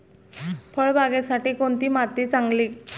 फळबागेसाठी कोणती माती चांगली?